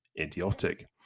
idiotic